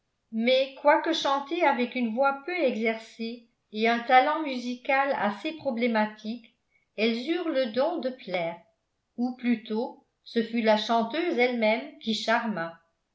mais quoique chantées avec une voix peu exercée et un talent musical assez problématique elles eurent le don de plaire ou plutôt ce fut la chanteuse elle-même qui charma